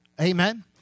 Amen